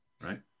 right